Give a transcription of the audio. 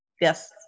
Yes